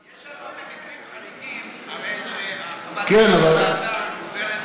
יש שם במקרים חריגים שחוות דעתה של הוועדה גוברת,